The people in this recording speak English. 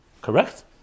Correct